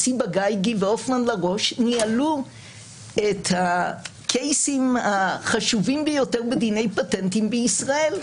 שיבקשו את המשקיעים שיבררו כיצד ממנים שופטים במדינה שלהם,